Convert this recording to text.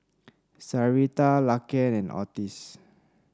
Sarita Laken and Ottis